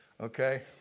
Okay